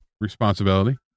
responsibility